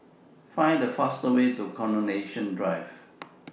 Find The fastest Way to Coronation Drive